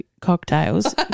cocktails